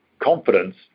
confidence